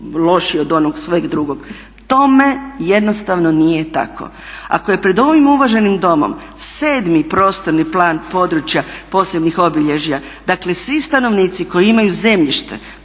lošiji od onog sveg drugog. Tome jednostavno nije tako! Ako je pred ovim uvaženim Domom 7. prostorni plan područja posebnih obilježja dakle svi stanovnici koji imaju zemljište,